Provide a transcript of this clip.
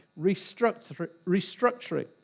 restructuring